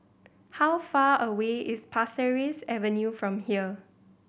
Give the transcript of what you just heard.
how far away is Pasir Ris Avenue from here